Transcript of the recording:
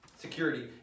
Security